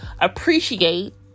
appreciate